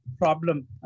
problem